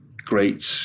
great